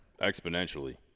Exponentially